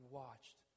watched